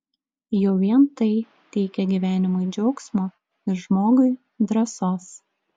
jau vien tai teikia gyvenimui džiaugsmo ir žmogui drąsos